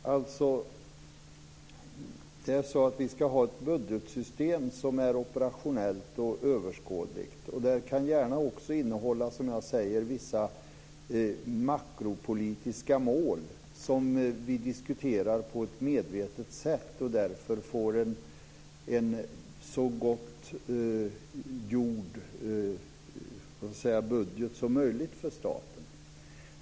Herr talman! Det är så att vi ska ha ett budgetsystem som är operationellt och överskådligt, och det kan gärna också innehålla vissa som jag säger makropolitiska mål, som vi diskuterar på ett medvetet sätt och därför får en så gott gjord budget som möjligt för staten.